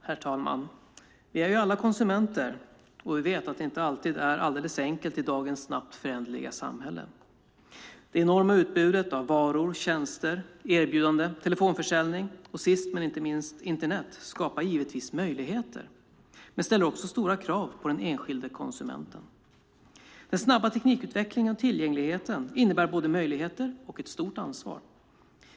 Herr talman! Vi är alla konsumenter, och vi vet att det inte alltid är alldeles enkelt i dagens snabbt föränderliga samhälle. Det enorma utbudet av varor, tjänster, erbjudanden, telefonförsäljning och sist men inte minst Internet skapar givetvis möjligheter men ställer också stora krav på den enskilde konsumenten. Den snabba teknikutvecklingen och tillgängligheten innebär både möjligheter och ett stort ansvar.